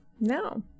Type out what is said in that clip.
No